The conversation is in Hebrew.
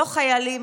לא חיילים,